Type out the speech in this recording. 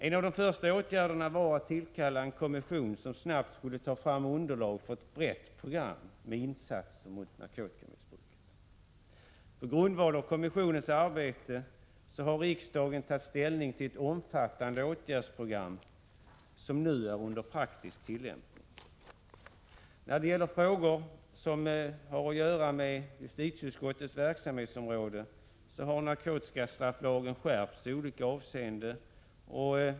En av de första åtgärderna var att tillkalla en kommission, som snabbt skulle ta fram underlag för ett brett program med insatser mot narkotikamissbruket. På grundval av kommissionens arbete har riksdagen tagit ställning till ett omfattande åtgärdsprogram, som nu är under praktisk tillämpning. Bland de frågor som har att göra med justitieutskottets verksamhetsområde kan nämnas att narkotikastrafflagen skärpts i olika avseenden.